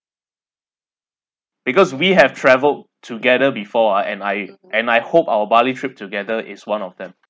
because we have traveled together before I and I and I hope our bali trip together is one of them